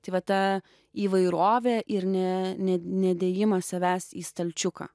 tai va ta įvairovė ir ne ne nedėjimas savęs į stalčiuką